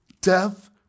death